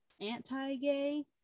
anti-gay